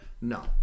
no